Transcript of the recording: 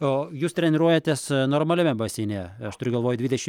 o jūs treniruojatės normaliame baseine aš turiu galvoj dvidešim